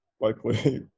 likely